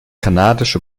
kanadische